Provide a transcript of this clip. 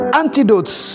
antidotes